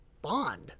Bond